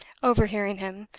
overhearing him,